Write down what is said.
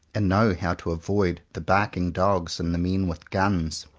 and know how to avoid the barking dogs and the men with guns.